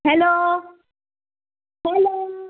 hello hello